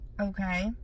okay